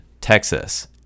Texas